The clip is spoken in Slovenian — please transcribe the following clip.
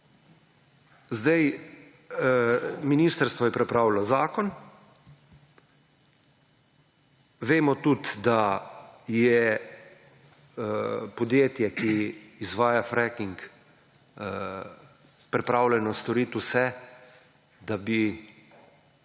Zdaj, ministrstvo je pripravilo zakon, vemo tudi, da je podjetje, ki izvaja fracking, pripravljeno storiti vse, da bi